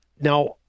Now